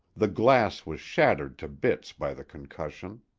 the glass was shattered to bits by the concussion.